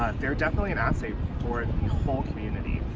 they're definitely an asset for the whole community.